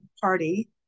party